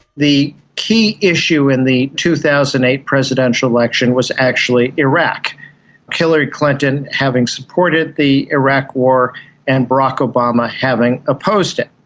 the key issue in the two thousand and eight presidential election was actually iraq hillary clinton, having supported the iraq war and barack obama having opposed it.